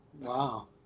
Wow